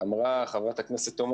אמרה בתחילת הדיון חברת הכנסת עאידה תומא